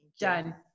done